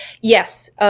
Yes